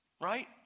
right